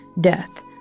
death